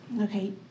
Okay